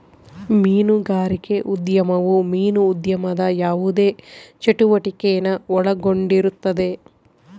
ಮೀನುಗಾರಿಕೆ ಉದ್ಯಮವು ಮೀನು ಉದ್ಯಮದ ಯಾವುದೇ ಚಟುವಟಿಕೆನ ಒಳಗೊಂಡಿರುತ್ತದೆ